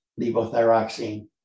levothyroxine